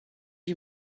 you